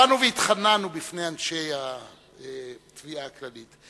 באנו והתחננו בפני אנשי התביעה הכללית: